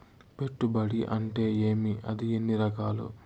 పెట్టుబడి అంటే ఏమి అది ఎన్ని రకాలు